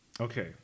okay